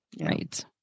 right